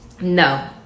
No